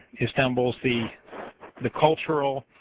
istanbulis the the cultural,